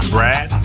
Brad